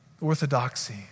Orthodoxy